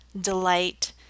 delight